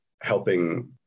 helping